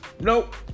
nope